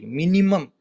minimum